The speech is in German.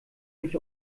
nicht